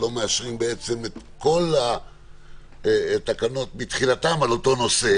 כל התקנות מתחילתן על אותו נושא.